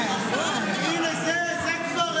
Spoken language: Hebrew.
זה כבר